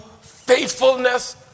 faithfulness